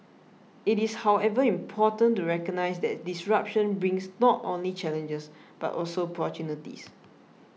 it is however important to recognise that disruption brings not only challenges but also opportunities